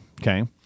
Okay